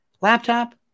laptop